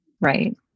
Right